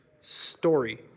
story